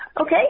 Okay